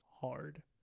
hard